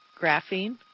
graphene